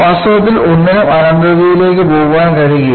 വാസ്തവത്തിൽ ഒന്നിനും അനന്തതയിലേക്ക് പോകാൻ കഴിയില്ല